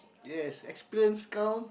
yes experience counts